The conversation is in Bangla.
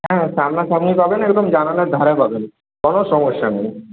হ্যাঁ হ্যাঁ সামনা সামনি পাবেন একদম জানালার ধারে পাবেন কোনো সমস্যা নেই